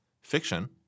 fiction